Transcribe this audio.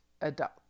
adult